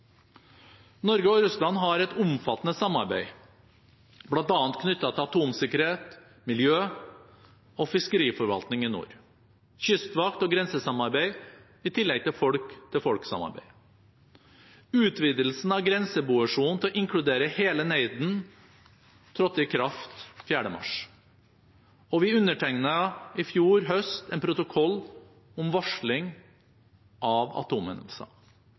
Norge og Russland har et omfattende samarbeid bl.a. knyttet til atomsikkerhet, miljø og fiskeriforvaltning i nord, kystvakt- og grensesamarbeid, i tillegg til folk-til-folk-samarbeidet. Utvidelsen av grenseboersonen til å inkludere hele Neiden trådte i kraft 4. mars, og vi undertegnet i fjor høst en protokoll om varsling av atomhendelser.